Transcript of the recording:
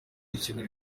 bakinira